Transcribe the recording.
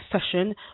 session